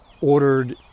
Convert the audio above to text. ordered